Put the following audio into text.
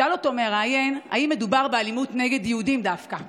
שאל אותו המראיין אם מדובר באלימות נגד יהודים דווקא,